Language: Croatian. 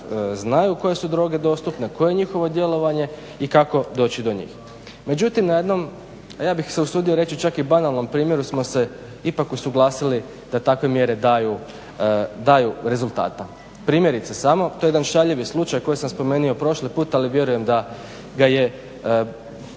znaju koje su droge dostupne, koje je njihovo djelovanje i kako doći do njih. Međutim, na jednom a ja bih se usudio reći čak i banalnom primjeru smo se ipak usuglasili da takve mjere daju rezultata. Primjerice samo to je jedan šaljivi slučaj koji sam spomenuo prošli put, ali vjerujem da ga je,